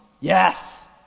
Yes